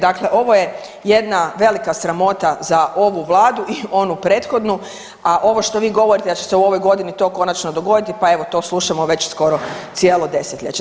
Dakle, ovo je jedna velika sramota za ovu vladu i onu prethodnu, a ovo što vi govorite da će se u ovoj godini to konačno dogoditi, pa evo to slušamo već skoro cijelo desetljeće.